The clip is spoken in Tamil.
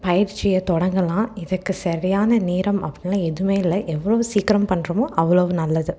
பயிற்சியை தொடங்கலாம் இதுக்கு சரியான நேரம் அப்படின்லாம் எதுவுமே இல்லை எவ்வளோவு சீக்கரம் பண்ணுறமோ அவ்வளோ நல்லது